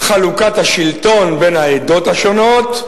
חלוקת השלטון בין העדות השונות,